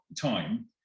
time